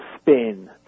spin